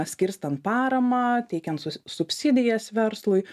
skirstant paramą teikiant subsidijas verslui